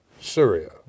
Syria